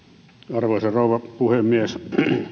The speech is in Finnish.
arvoisa rouva puhemies